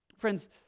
Friends